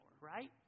right